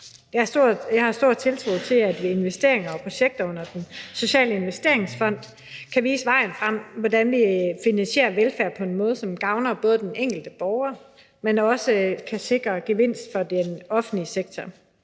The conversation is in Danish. Jeg har stor tiltro til, at vi med investeringer og projekter under Den Sociale Investeringsfond kan vise vejen frem mod, hvordan vi finansierer velfærd på en måde, som gavner den enkelte borger, men som også kan sikre en gevinst for den offentlige sektor.